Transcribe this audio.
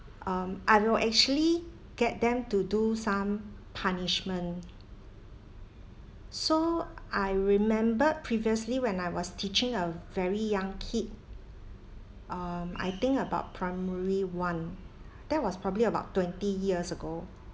um I will actually get them to do some punishment so I remembered previously when I was teaching a very young kid um I think about primary one that was probably about twenty years ago